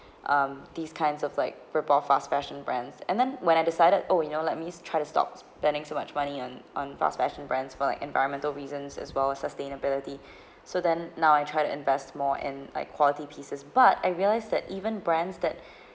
um these kinds of like fast fashion brands and then when I decided oh you know let me try to stop spending so much money on on fast fashion brands for like environmental reasons as well as sustainability so then now I try to invest more in like quality pieces but I realised that even brands that